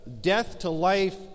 death-to-life